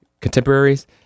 contemporaries